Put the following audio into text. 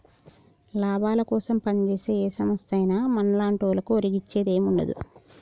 లాభాలకోసం పంజేసే ఏ సంస్థైనా మన్లాంటోళ్లకు ఒరిగించేదేముండదు